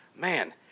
Man